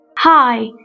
hi